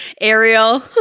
Ariel